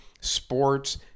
sports